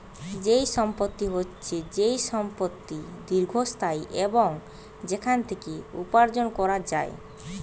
যেই সম্পত্তি হচ্ছে যেই সম্পত্তি দীর্ঘস্থায়ী এবং সেখান থেকে উপার্জন করা যায়